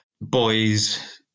boys